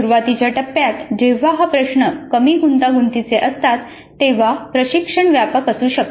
सुरुवातीच्या टप्प्यात जेव्हा हा प्रश्न कमी गुंतागुंतीचे असतात तेव्हा प्रशिक्षण व्यापक असू शकते